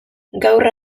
gaur